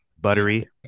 Buttery